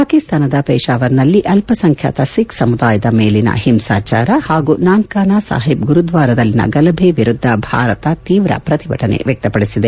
ಪಾಕಿಸ್ತಾನ ವೇಶಾವರ್ನಲ್ಲಿ ಅಲ್ಲಸಂಖ್ಯಾತ ಸಿಖ್ ಸಮುದಾಯದ ಮೇಲಿನ ಹಿಂಸಾಚಾರ ಹಾಗೂ ನಾನ್ಕಾನಾ ಸಾಹಿಬ್ ಗುರುದ್ದಾರದಲ್ಲಿನ ಗಲಭೆ ವಿರುದ್ದ ಭಾರತ ಶೀವ್ರ ಪ್ರತಿಭಟನೆ ವ್ಯಕ್ತಪಡಿಸಿದೆ